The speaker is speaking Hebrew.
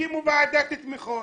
הקימו ועדת תמיכות.